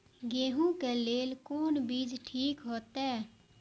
गेहूं के लेल कोन बीज ठीक होते?